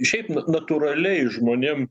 šiaip na natūraliai žmonėm